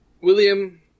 william